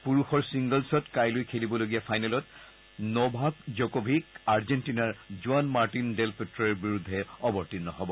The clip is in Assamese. পুৰুষৰ ছিংগলছত কাইলৈ খেলিবলগীয়া ফাইনেলত নভাক জ'ক'ভিক আৰ্জেণ্টিনাৰ জুৱান মাৰ্টিন ডেল পোট্টোৰ বিৰুদ্ধে অৱতীৰ্ণ হব